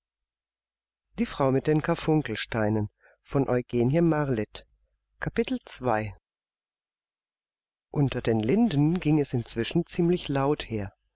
unter den linden ging es inzwischen ziemlich laut her